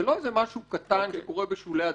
זה לא איזה משהו קטן שקורה בשולי הדברים,